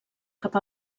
cap